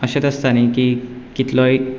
अशेंच आसता न्ही की कितलोय